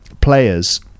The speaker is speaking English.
players